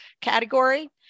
category